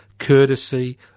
Courtesy